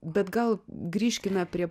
bet gal grįžkime prie